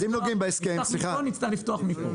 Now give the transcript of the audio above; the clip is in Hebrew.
נפתח מפה נצטרך לפתוח מפה.